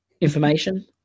information